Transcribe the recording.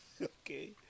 Okay